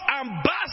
ambassador